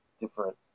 different